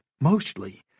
mostly